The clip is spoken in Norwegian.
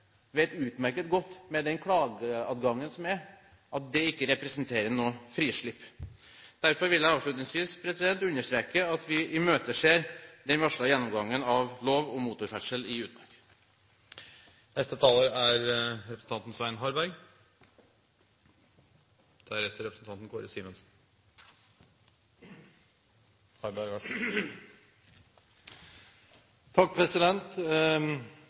vet hvordan plan- og bygningsloven fungerer, vet utmerket godt, med den klageadgangen som er, at det ikke representerer noe frislipp. Derfor vil jeg avslutningsvis understreke at vi imøteser den varslede gjennomgangen av lov om motorferdsel i utmark.